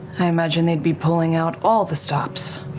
i imagine they'd be pulling out all the stops.